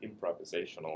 improvisational